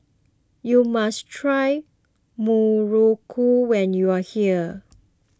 you must try Muruku when you are here